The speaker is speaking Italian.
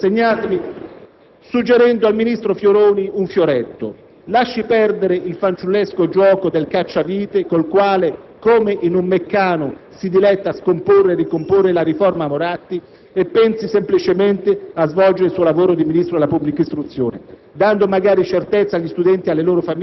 Concludo, dati i tempi assegnatimi, suggerendo al ministro Fioroni un fioretto: lasci perdere il fanciullesco «gioco del cacciavite», col quale - come in un meccano - si diletta a scomporre e ricomporre la riforma Moratti e pensi semplicemente a svolgere il suo lavoro di Ministro della pubblica istruzione,